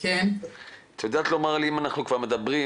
את יודעת לומר לי, אם אנחנו כבר מדברים,